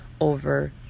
over